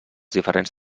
diferents